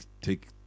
take